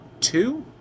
two